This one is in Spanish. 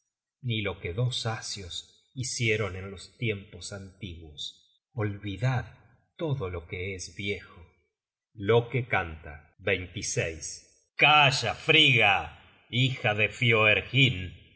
ni lo que dos asios hicieron en los tiempos antiguos olvidad todo lo que es viejo loke canta calla frigga hija de fioergyn tú